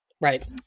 right